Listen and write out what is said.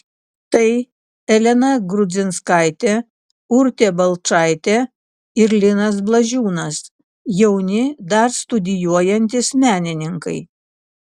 tai elena grudzinskaitė urtė balčaitė ir linas blažiūnas jauni dar studijuojantys menininkai